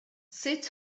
sut